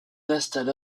restent